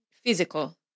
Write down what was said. Physical